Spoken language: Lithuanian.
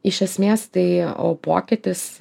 iš esmės tai o pokytis